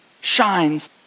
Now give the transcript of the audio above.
shines